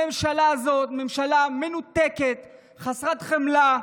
הממשלה הזאת היא ממשלה מנותקת, חסרת חמלה.